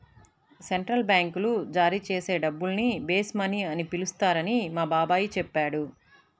central బ్యాంకులు జారీ చేసే డబ్బుల్ని బేస్ మనీ అని పిలుస్తారని మా బాబాయి చెప్పాడు